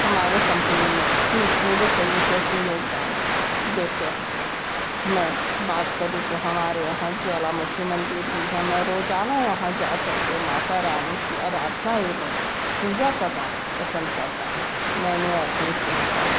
हमारे कंपनी में अपने पूर्ण तरीके से योगदान देते हैं मैं बात करूँ तो हमारे यहाँ ज्वालामुखी मंदिर भी हैं मैं रोजाना वहाँ जा कर के माता रानी की आराधना एवं पूजा करना पसंद करता हूँ मैंने अपनी शिक्षा